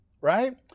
right